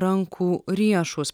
rankų riešus